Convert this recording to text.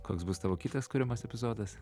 koks bus tavo kitas kuriamas epizodas